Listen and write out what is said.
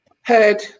heard